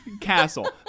Castle